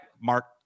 mark